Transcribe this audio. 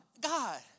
God